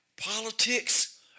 politics